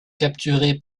capturé